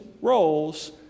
roles